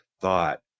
thought